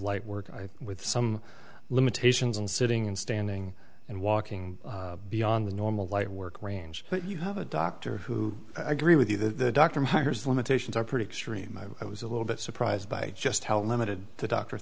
light work with some limitations and sitting and standing and walking beyond the normal light work range but you have a doctor who agree with you that the dr myers limitations are pretty extreme i was a little bit surprised by just how limited the doctor